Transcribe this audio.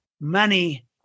money